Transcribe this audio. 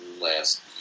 last